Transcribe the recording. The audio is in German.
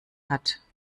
hat